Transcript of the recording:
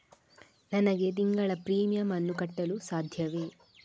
ನನಗೆ ತಿಂಗಳ ಪ್ರೀಮಿಯಮ್ ಅನ್ನು ಕಟ್ಟಲು ಸಾಧ್ಯವೇ?